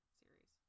series